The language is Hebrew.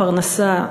פרנסה,